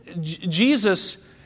Jesus